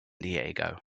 diego